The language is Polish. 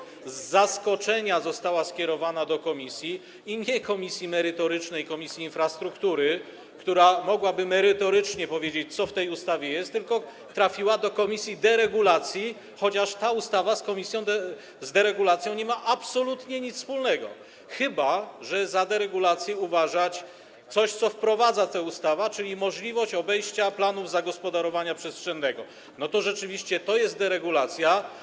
z zaskoczenia została skierowana do komisji, i to nie komisji merytorycznej, Komisji Infrastruktury, która mogłaby merytorycznie powiedzieć, co w tej ustawie jest, tylko trafiła do komisji do spraw deregulacji, chociaż ta ustawa z tą komisją, z deregulacją nie ma absolutnie nic wspólnego, chyba że za deregulację uważać coś, co wprowadza ta ustawa, czyli możliwość obejścia planów zagospodarowania przestrzennego, to rzeczywiście jest to deregulacja.